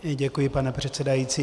Děkuji, pane předsedající.